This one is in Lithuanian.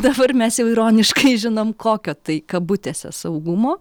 dabar mes jau ironiškai žinom kokio tai kabutėse saugumo